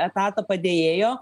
etatą padėjėjo